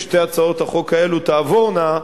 כששתי הצעות החוק האלה תעבורנה,